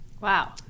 Wow